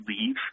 leave